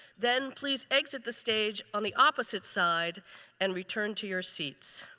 then please exit the stage on the opposite side and return to your seats.